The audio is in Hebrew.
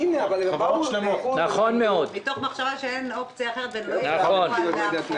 מה באמת עושה נציבות שירות המדינה בשביל לאכוף את החוק?